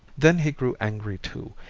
then he grew angry too,